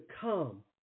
come